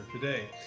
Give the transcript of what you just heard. today